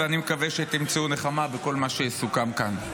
ואני מקווה שתמצאו נחמה בכל מה שיסוכם כאן.